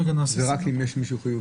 זה רק אם יש מישהו חיובי.